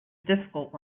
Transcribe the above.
difficult